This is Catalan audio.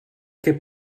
què